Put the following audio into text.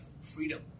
freedom